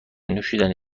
نوشیدنی